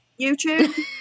YouTube